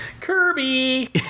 Kirby